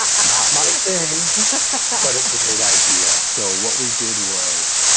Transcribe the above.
um not my thing but a great idea. so what we did was